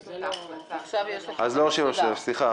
סליחה.